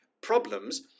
problems